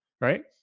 right